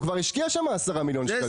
הוא כבר השקיע שם 10 מיליון שקלים.